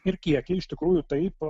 ir kiekiai iš tikrųjų taip